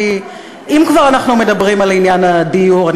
אם כבר אנחנו מדברים על עניין הדיור,